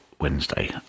Wednesday